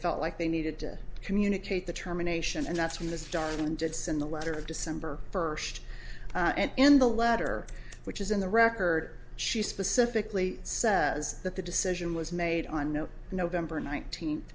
felt like they needed to communicate the terminations and that's from the start and it's in the letter of december first and in the letter which is in the record she specifically says that the decision was made on no november nineteenth